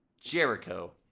Jericho